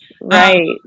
Right